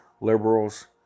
liberals